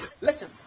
listen